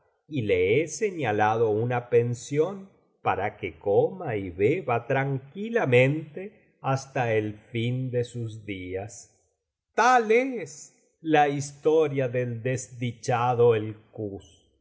y le he señalado una pensión para que coma y beba tranquilamente hasta el fin de sus días tal es la historia del desdichado el kuz en cuanto